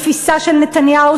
התפיסה של נתניהו,